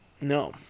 No